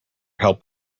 help